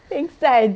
pengsan